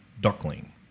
duckling